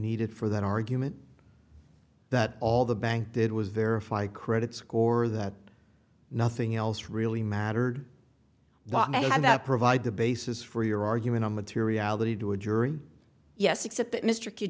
needed for that argument that all the bank did was there if i credit score that nothing else really mattered and that provide the basis for your argument on materiality to a jury yes except that mr